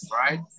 right